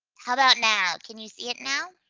how about now? can you see it now?